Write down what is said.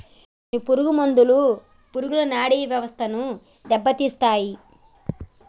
కొన్ని పురుగు మందులు పురుగుల నాడీ వ్యవస్థను దెబ్బతీస్తాయి